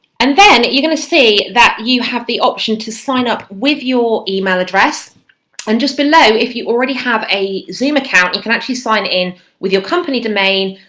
and then you're going to see that you have the option to sign up with your email address and just below if you already have a zoom account you can actually sign it in with your company domain,